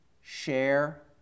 Share